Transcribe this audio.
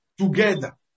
together